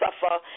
suffer